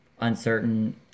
uncertain